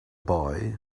boy